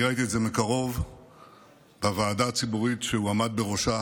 אני ראיתי את זה מקרוב בוועדה הציבורית שהוא עמד בראשה